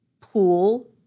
pool